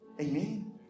Amen